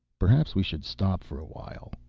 perhaps we should stop for a while,